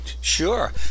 Sure